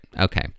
Okay